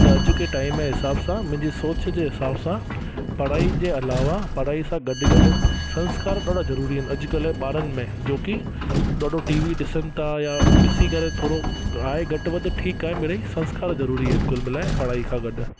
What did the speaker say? त अॼु के टाइम जे हिसाब सां मुंहिंजी सोच जे हिसाब सां पढ़ाई जे अलावा पढ़ाई सां गॾु गॾु संस्कार बि ॾाढा ज़रूरी आहिनि अॼु कल्ह ॿारनि में जो की टी वी ॾिसनि था या ॾिसी करे थोरो आहे घटि वधि ठीकु आहे मिड़ई संस्कार ज़रूरी आहिनि कुल मिलाए पढ़ाई खां गॾु